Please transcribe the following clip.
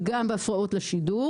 וגם בהפרעות לשידור.